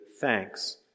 thanks